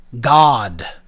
God